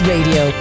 Radio